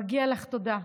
ומגיעה לך תודה.